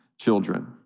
children